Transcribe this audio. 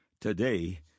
Today